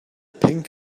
pink